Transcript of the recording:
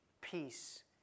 peace